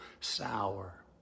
sour